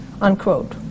unquote